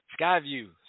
Skyview